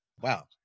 Wow